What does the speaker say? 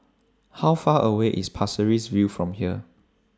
How Far away IS Pasir Ris View from here